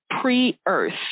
pre-earth